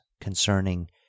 concerning